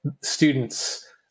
students